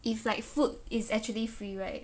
if like food is actually free right